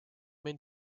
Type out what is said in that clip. main